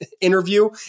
interview